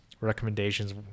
recommendations